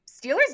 Steelers